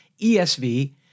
ESV